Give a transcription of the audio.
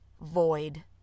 void